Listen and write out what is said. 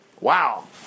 Wow